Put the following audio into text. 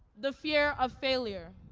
the fear of failure,